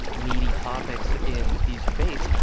meaty topics in these debates.